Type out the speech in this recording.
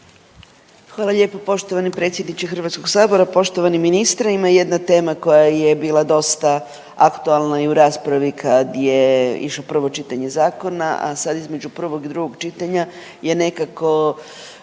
Hvala lijepa. Poštovani predsjedniče HS-a, poštovani ministre. Ima jedna tema koja je bila dosta aktualna i u raspravi kad je išlo prvo čitanje zakona, a sad između prvog i drugog čitanja je nekako